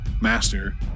Master